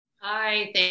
Hi